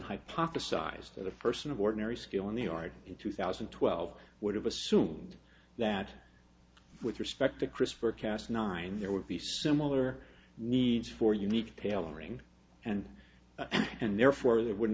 hypothesized that a person of ordinary skill in the art in two thousand and twelve would have assumed that with respect to christopher cast nine there would be similar needs for unique tailoring and and therefore there would